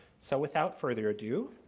so, without further ado,